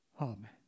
Amen